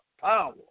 power